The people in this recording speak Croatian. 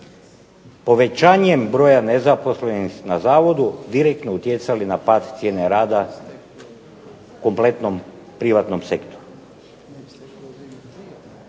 povećanjem broja nezaposlenih na zavodu direktno utjecali na pad cijene rada kompletnom privatnom sektoru.